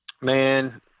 Man